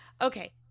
okay